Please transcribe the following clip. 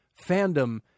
fandom